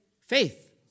Faith